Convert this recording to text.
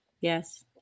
Yes